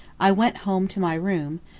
i went home to my room,